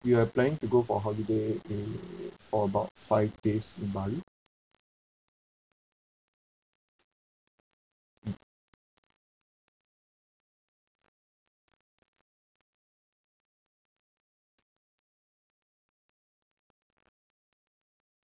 we are planning to go for holiday eh for about five days in bali mm